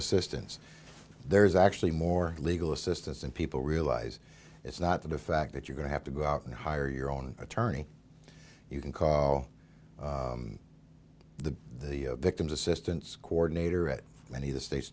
assistance there's actually more legal assistance and people realize it's not the fact that you're going to have to go out and hire your own attorney you can call the victim's assistance coordinator at many of the state